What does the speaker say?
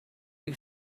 you